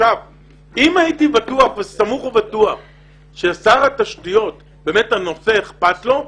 אם הייתי סמוך ובטוח שבאמת הנושא אכפת לשר התשתיות,